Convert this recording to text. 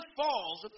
falls